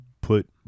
put